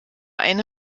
eine